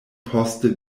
poste